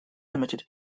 limited